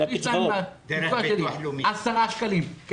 מהקצבה שלי 10 שקלים לחודש.